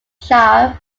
shire